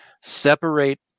separate